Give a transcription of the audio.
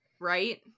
Right